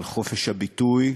על חופש הביטוי,